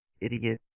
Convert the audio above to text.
idiot